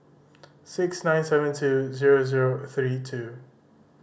six nine seven two zero zero three two